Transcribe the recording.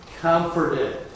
comforted